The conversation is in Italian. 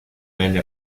venne